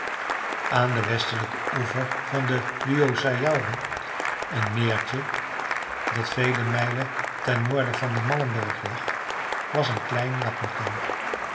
aan den westelijken oever van luossajaure een meertje dat veel mijlen ten noorden van den malmberg lag was een klein lappenkamp